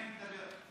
אני אדבר.